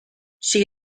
she